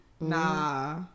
Nah